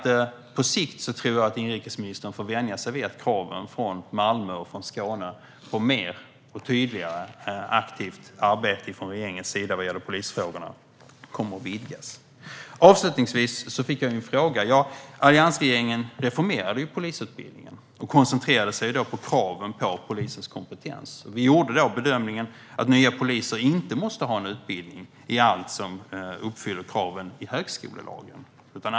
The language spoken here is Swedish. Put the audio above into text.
På sikt tror jag att inrikesministern får vänja sig vid att kraven från Malmö och Skåne på mer och tydligare aktivt arbete från regeringens sida vad gäller polisfrågorna kommer att vidgas. Avslutningsvis vill jag svara på den fråga jag fick. Ja, alliansregeringen reformerade polisutbildningen och koncentrerade sig på kraven på polisers kompetens. Vi gjorde bedömningen att nya poliser inte måste ha en utbildning som uppfyller alla krav i högskolelagen.